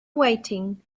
waiting